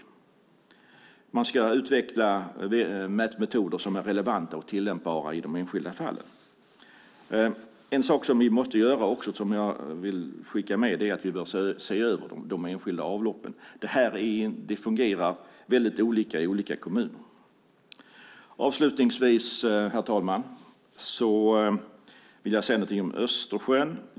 Mätmetoder ska utvecklas som är relevanta och tillämpbara i de enskilda fallen. Ett medskick är att vi bör se över de enskilda avloppen. Det fungerar väldigt olika i olika kommuner. Herr talman! Avslutningsvis vill jag säga några ord om Östersjön.